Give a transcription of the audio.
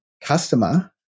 customer